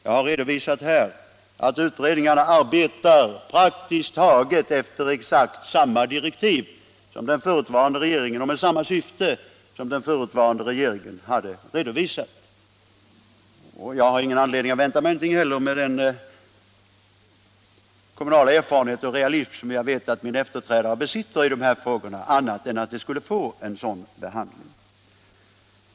Jag har emellertid här klargjort att utredningarna arbetar efter praktiskt taget exakt samma direktiv och med samma syfte som den förutvarande regeringen hade redovisat, och jag har heller inte — med kännedom om den kommunala erfarenhet och den realism som jag vet att min efterträdare besitter i dessa frågor — haft någon anledning att vänta mig att frågorna skulle få en annan behandling.